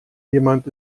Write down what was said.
jemand